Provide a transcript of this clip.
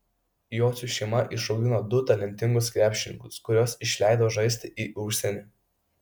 jocių šeima išaugino du talentingus krepšininkus kuriuos išleido žaisti į užsienį